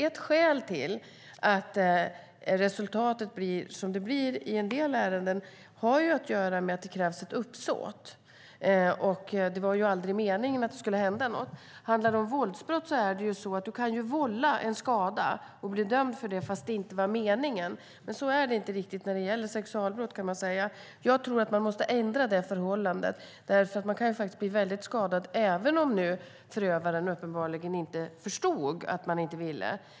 Ett skäl till att resultatet blir som det blir i en del fall är att det krävs ett uppsåt. Det räcker inte med att det aldrig var meningen att det skulle hända något. Handlar det om våldsbrott kan man alltid vålla en skada och bli dömd för det fast det inte var meningen. Men så är det inte riktigt när det gäller sexualbrott. Jag tror att man måste ändra det förhållandet. Offret kan ju bli väldigt skadat, även om förövaren inte uppenbarligen förstod att offret inte ville.